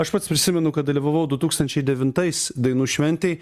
aš pats prisimenu kad dalyvavau du tūkstančiai devintais dainų šventėj